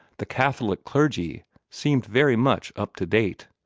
the catholic clergy seemed very much up to date.